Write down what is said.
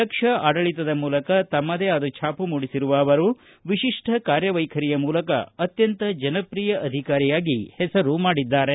ದಕ್ಷ ಆಡಳಿತದ ಮೂಲಕ ತಮ್ಮದೇ ಆದ ಛಾಪು ಮೂಡಿಸಿರುವ ಅವರು ವಿಶಿಷ್ಠ ಕಾರ್ಯವೈಖರಿಯ ಮೂಲಕ ಅತ್ಯಂತ ಜನಪ್ರಿಯ ಅಧಿಕಾರಿಯಾಗಿ ಹೆಸರು ಮಾಡಿದ್ದಾರೆ